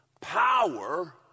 power